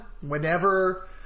whenever